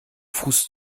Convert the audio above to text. fuß